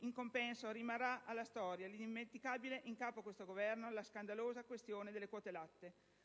In compenso, rimarrà alla storia, in capo a questo Governo, l'indimenticabile questione delle quote-latte.